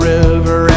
river